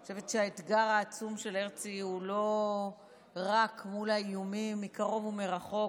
אני חושבת שהאתגר העצום של הרצי הוא לא רק מול האיומים מקרוב ומרחוק,